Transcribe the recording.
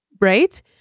Right